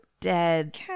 dead